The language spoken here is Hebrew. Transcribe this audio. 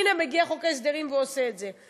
הנה, מגיע חוק ההסדרים ועושה את זה.